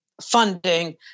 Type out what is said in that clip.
funding